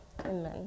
Amen